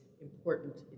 important